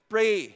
Pray